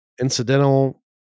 incidental